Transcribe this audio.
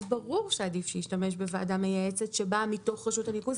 אז ברור שעדיף שישתמש בוועדה מייעצת שבאה מתוך רשות הניקוז,